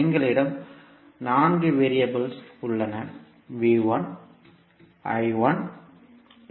எங்களிடம் 4 வெறியபிள்கள் உள்ளன மற்றும்